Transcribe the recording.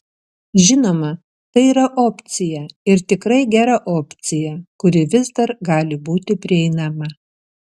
žinoma tai yra opcija ir tikrai gera opcija kuri vis dar gali būti prieinama